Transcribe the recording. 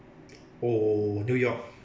oh oh oh new york